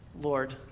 Lord